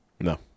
No